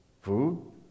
Food